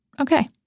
okay